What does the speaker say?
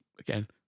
again